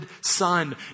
Son